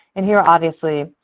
and here, obviously,